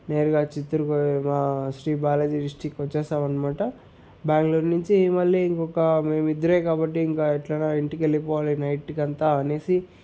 నేరుగా చిత్తూరు కొ మా శ్రీ బాలాజీ డిస్టిక్ వచ్చేశామనమాట బ్యాంగ్లూర్ నుంచి మళ్ళీ ఇంకొక మేం ఇద్దురే కాబట్టి ఇంక ఎట్లయినా ఇంటికి వెళ్ళిపోవాలి నైట్కి అనేసి